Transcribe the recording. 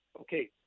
okay